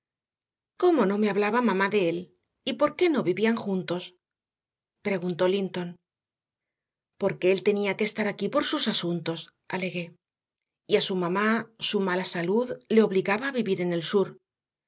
cómo no me hablaba mamá de él y por qué no vivían juntos preguntó linton porque él tenía que estar aquí por sus asuntos aleguéy a su mamá su mala salud le obligaba a vivir en el sur